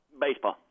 Baseball